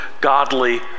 godly